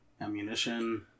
ammunition